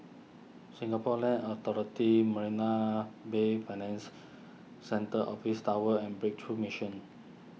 Singapore Land Authority Marina Bay Finans Centre Office Tower and Breakthrough Mission